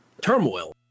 turmoil